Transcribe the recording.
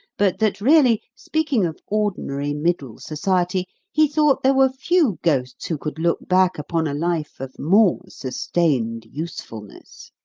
but that really, speaking of ordinary middle-society, he thought there were few ghosts who could look back upon a life of more sustained usefulness.